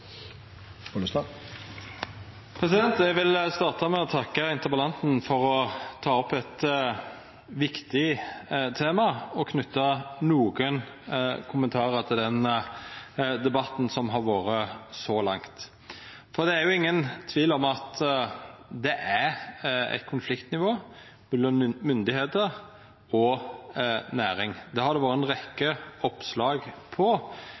godt. Eg vil starta med å takka interpellanten for å ta opp eit viktig tema og vil knyta nokre kommentarar til den debatten som har vore så langt. Det er ingen tvil om at det er eit konfliktnivå mellom myndigheiter og næring. Det har det vore ei rekkje oppslag